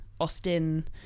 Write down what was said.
Austin